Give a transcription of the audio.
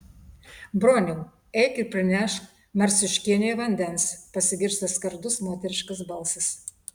broniau eik ir prinešk marciuškienei vandens pasigirsta skardus moteriškas balsas